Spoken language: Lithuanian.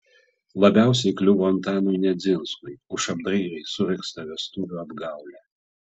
labiausiai kliuvo antanui nedzinskui už apdairiai suregztą vestuvių apgaulę